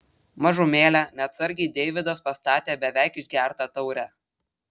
mažumėlę neatsargiai deividas pastatė beveik išgertą taurę